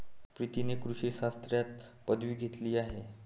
प्रीतीने कृषी शास्त्रात पदवी घेतली आहे